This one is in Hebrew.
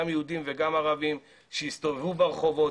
גם יהודים וגם ערבים שהסתובבו ברחובות,